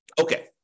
Okay